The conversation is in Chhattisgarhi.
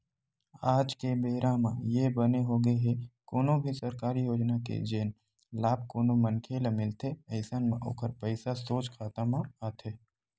आज के बेरा म ये बने होगे हे कोनो भी सरकारी योजना के जेन लाभ कोनो मनखे ल मिलथे अइसन म ओखर पइसा सोझ खाता म आथे